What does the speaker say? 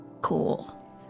Cool